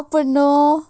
அப்போனா:apona